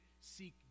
seek